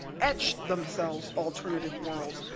etched themselves alternative worlds,